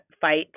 fight